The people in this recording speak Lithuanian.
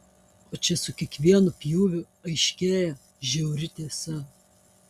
o čia su kiekvienu pjūviu aiškėja žiauri tiesa